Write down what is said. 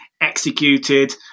executed